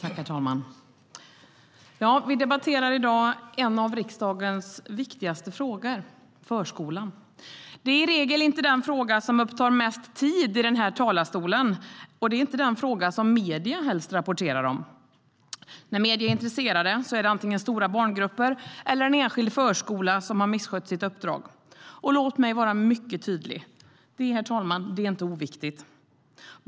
Herr talman! Vi debatterar i dag en av riksdagens viktigaste frågor: förskolan. Det är i regel inte den fråga som upptar mest tid i den här talarstolen, och det är inte den fråga som medierna helst rapporterar om. När medierna är intresserade så är det antingen stora barngrupper eller en enskild förskola som misskött sitt uppdrag, och låt mig vara mycket tydlig: Det, herr talman, är inte oviktigt.